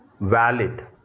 valid